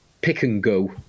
pick-and-go